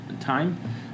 time